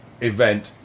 event